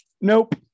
nope